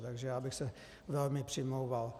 Takže já bych se velmi přimlouval.